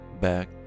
Back